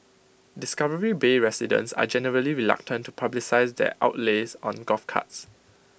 discovery bay residents are generally reluctant to publicise their outlays on golf carts